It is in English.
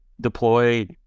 deploy